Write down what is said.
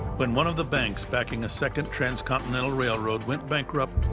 when one of the banks backing a second transcontinental railroad went bankrupt,